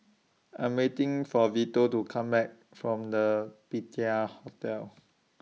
I'm waiting For Vito to Come Back from The Patina Hotel